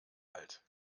alt